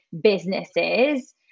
businesses